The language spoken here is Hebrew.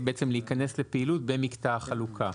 להיכנס לפעילות במקטע החלוקה.